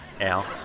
Al